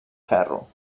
ferro